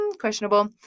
questionable